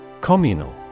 Communal